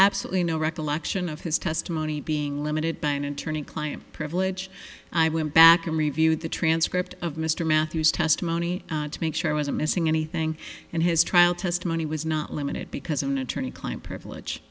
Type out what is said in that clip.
absolutely no recollection of his testimony being limited by an attorney client privilege i went back and reviewed the transcript of mr matthews testimony to make sure i was a missing anything in his trial testimony was not limited because an attorney client privilege